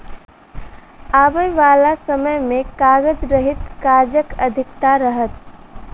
आबयबाला समय मे कागज रहित काजक अधिकता रहत